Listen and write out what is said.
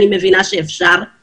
אני מבינה שאפשר.